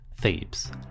Thebes